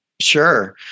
Sure